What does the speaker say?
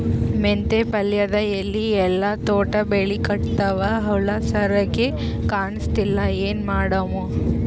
ಮೆಂತೆ ಪಲ್ಯಾದ ಎಲಿ ಎಲ್ಲಾ ತೂತ ಬಿಳಿಕತ್ತಾವ, ಹುಳ ಸರಿಗ ಕಾಣಸ್ತಿಲ್ಲ, ಏನ ಮಾಡಮು?